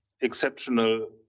exceptional